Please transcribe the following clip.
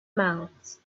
miles